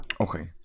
Okay